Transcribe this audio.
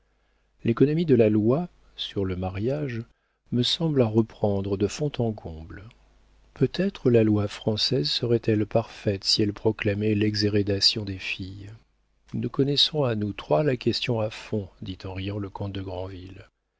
l'économie de la loi sur le mariage me semble à reprendre de fond en comble peut-être la loi française serait-elle parfaite si elle proclamait l'exhérédation des filles nous connaissons à nous trois la question à fond dit en riant le comte de